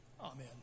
Amen